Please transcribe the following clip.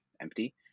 empty